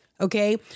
okay